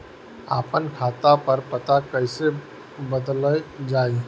आपन खाता पर पता कईसे बदलल जाई?